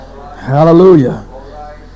hallelujah